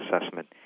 assessment